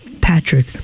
Patrick